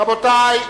רבותי,